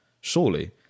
Surely